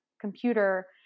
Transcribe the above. computer